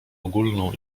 ogólną